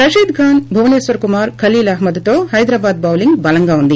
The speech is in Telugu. రషీద్ఖాన్ భువనేశ్వర్ కుమార్ ఖలీల్ అహ్మద్తో హైదరాబాద్ టౌలింగ్ బలంగా ఉంది